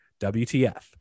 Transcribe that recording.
WTF